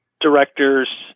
director's